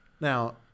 Now